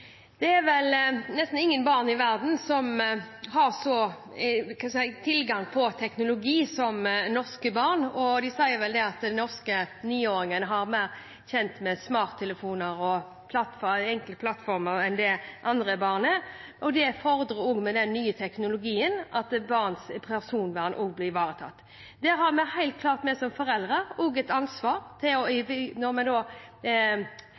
Det er vel nesten ingen barn i verden som har så god tilgang på teknologi som norske barn. Man sier at norske 9-åringer er mer kjent med smarttelefoner og enkle plattformer enn det andre barn er. Den nye teknologien fordrer at barns personvern blir ivaretatt. Vi som foreldre har også et klart ansvar når vi kjøper disse apparatene til dem der de kan logge på forskjellige plattformer. Det viser viktigheten av å